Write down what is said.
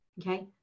Okay